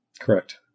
Correct